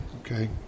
Okay